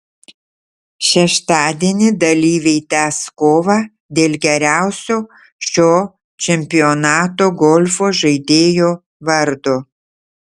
šeštadienį dalyviai tęs kovą dėl geriausio šio čempionato golfo žaidėjo vardo